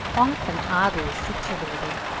often oddly situated,